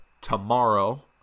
Tomorrow